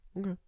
Okay